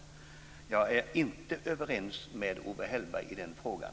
Jag är inte överens med Owe Hellberg i den frågan.